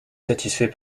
satisfait